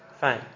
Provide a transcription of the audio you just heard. Fine